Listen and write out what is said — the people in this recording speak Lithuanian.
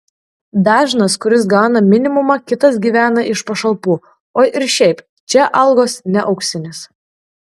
dažnas kuris gauna minimumą kitas gyvena iš pašalpų o ir šiaip čia algos ne auksinės